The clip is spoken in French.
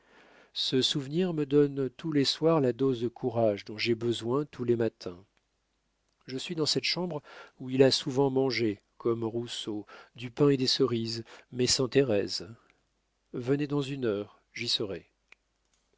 ce souvenir me donne tous les soirs la dose de courage dont j'ai besoin tous les matins je suis dans cette chambre où il a souvent mangé comme rousseau du pain et des cerises mais sans thérèse venez dans une heure j'y serai